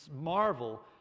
marvel